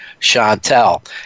Chantel